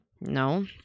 No